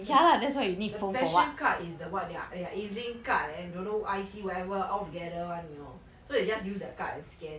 the the passion card is the what their their E_Z link card and don't know I_C whatever all together [one] you know so they just use that card and scan